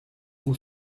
vous